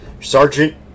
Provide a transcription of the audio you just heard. sergeant